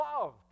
loved